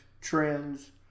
trends